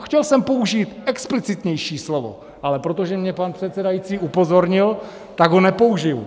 Chtěl jsem použít explicitnější slovo, ale protože mě pan předsedající upozornil, tak ho nepoužiji.